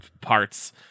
parts